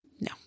No